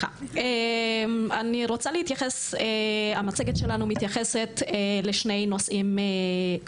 רוצה להתייחס המצגת שלנו מתייחסת לשני נוסעים עוד